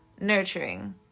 nurturing